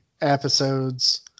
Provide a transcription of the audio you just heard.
episodes